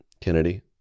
Kennedy